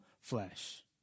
flesh